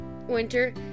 winter